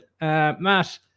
Matt